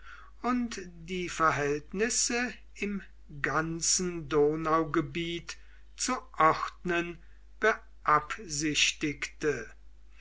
und die verhältnisse im ganzen donaugebiet zu ordnen